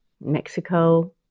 Mexico